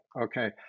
okay